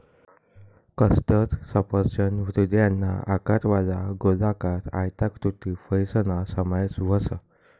custard सफरचंद हृदयना आकारवाला, गोलाकार, आयताकृती फयसना समावेश व्हस